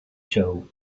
show